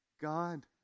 God